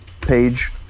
page